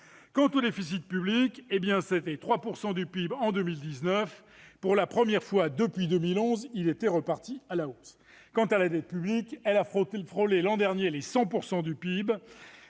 viens au déficit public : 3 % du PIB en 2019. Pour la première fois depuis 2011, il est reparti à la hausse. Quant à la dette publique, elle a frôlé l'an dernier les 100 % du PIB.